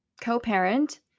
co-parent